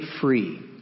free